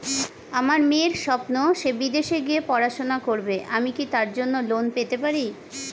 আমার মেয়ের স্বপ্ন সে বিদেশে গিয়ে পড়াশোনা করবে আমি কি তার জন্য লোন পেতে পারি?